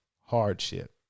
hardship